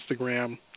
Instagram